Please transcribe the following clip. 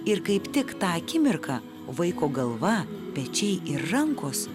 ir kaip tik tą akimirką vaiko galva pečiai ir rankos